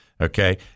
okay